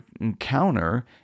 encounter